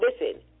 listen